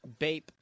Bape